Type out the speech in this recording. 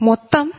మొత్తం j0